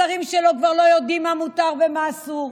השרים שלו כבר לא יודעים מה מותר ומה אסור,